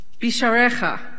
Bisharecha